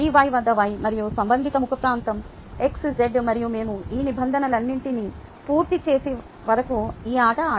వద్ద y మరియు సంబంధిత ముఖ ప్రాంతం ∆x ∆z మరియు మేము ఈ నిబంధనలన్నింటినీ పూర్తి చేసే వరకు ఈ ఆట ఆడవచ్చు